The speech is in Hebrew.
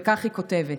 וכך היא כותבת: